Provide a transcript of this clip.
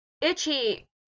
Itchy